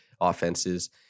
offenses